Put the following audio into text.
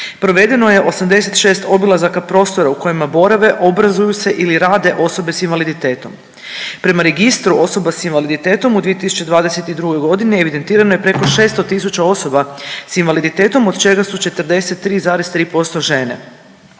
Provedeno je 86 obilazaka prostora u kojima borave, obrazuju se ili rade osobe sa invaliditetom. Prema Registru osoba sa invaliditetom u 2022. godini evidentirano je preko 600 000 osoba sa invaliditetom od čega su 43,3% žene.